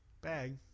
bag